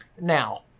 Now